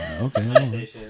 Okay